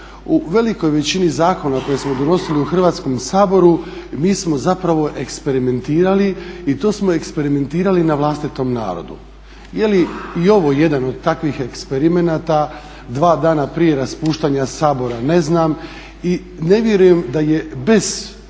u velikoj većini zakona koje smo donosili u Hrvatskom saboru, mi smo zapravo eksperimentirali i to smo eksperimentirali na vlastitom narodu. Je li i ovo jedan od takvih eksperimenata dva dana prije raspuštanja Sabora ne znam. I ne vjerujem da je bez